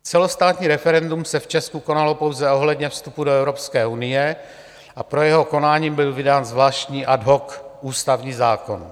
Celostátní referendum se v Česku konalo pouze ohledně vstupu do Evropské unie a pro jeho konání byl vydán zvláštní ad hoc ústavní zákon.